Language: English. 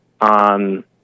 on